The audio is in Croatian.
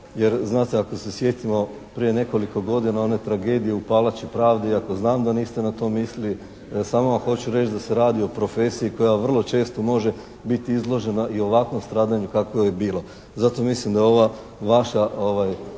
jer znate ako se sjetimo prije nekoliko godina one tragedije u Palači pravde i ako znam da niste na to mislili, samo vam hoću reći da se radi o profesiji koja vrlo često može biti izložena i ovakvom stradanju kakvo je bilo. Zato mislim da je ova vaša